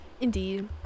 Indeed